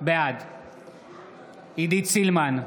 בעד עידית סילמן,